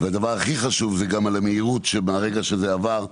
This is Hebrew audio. והדבר הכי חשוב זה גם על המהירות שמהרגע שזה עבר,